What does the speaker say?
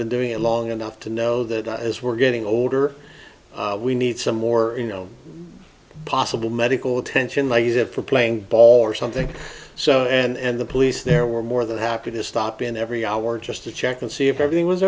been doing it long enough to know that as we're getting older we need some more possible medical attention they use it for playing ball or something so and the police there were more than happy to stop in every hour just to check and see if everything was